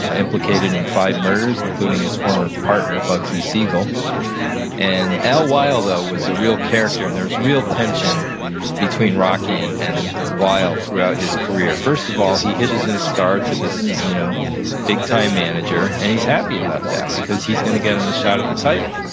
ah implicated in five murders, including his former partner, bugsy siegel and al weill, though, was a real character and there was real tension between rocky and and weill throughout his career. first of all, he hitches his and star to this you know big-time manager, and he's happy about that because he's going to get him a shot at the title.